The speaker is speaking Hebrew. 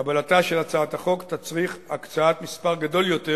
קבלתה של הצעת החוק תצריך הקצאת מספר גדול יותר